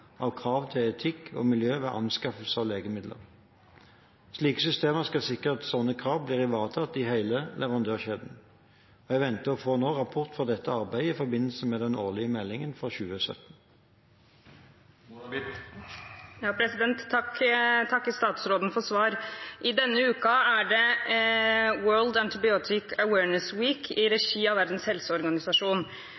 av krav til etikk og miljø ved anskaffelser av legemidler. Slike systemer skal sikre at slike krav blir ivaretatt i hele leverandørkjeden. Jeg venter å få rapport fra dette arbeidet i forbindelse med den årlige meldingen for 2017. Jeg takker statsråden for svar. I denne uka er det World Antibiotic Awareness Week i